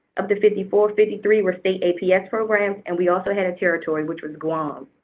of the fifty four, fifty three were state aps programs and we also had a territory, which was guam.